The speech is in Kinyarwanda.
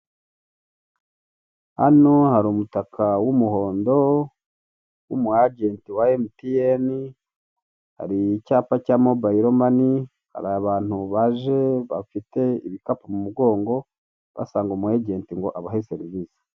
Hano hari umutaka w'umuhondo w'umuajenti wa emutiyene, hari icyapa cya mobayiro mani, hari abantu baje bafite ibikapu mu mugongo basanga umuajenti ngo abahe serivise.